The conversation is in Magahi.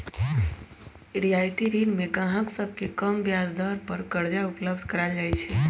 रियायती ऋण में गाहक सभके कम ब्याज दर पर करजा उपलब्ध कराएल जाइ छै